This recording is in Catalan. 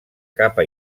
capa